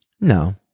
No